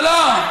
לא, לא.